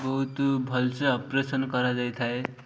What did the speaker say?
ବହୁତ ଭଲସେ ଅପରେସନ କରାଯାଇଥାଏ